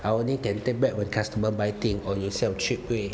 I only can take back when customer buy thing or you sell cheaply